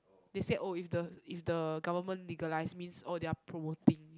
they said oh if the if the government legalise means oh they are promoting